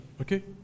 okay